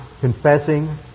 confessing